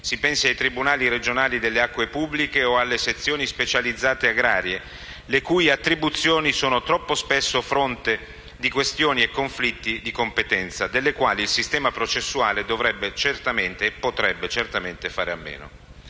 si pensi ai tribunali regionali delle acque pubbliche o alle sezioni specializzate agrarie, le cui attribuzioni sono troppo spesso fonte di questioni e conflitti di competenza delle quali il sistema processuale dovrebbe e potrebbe certamente fare a meno.